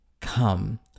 come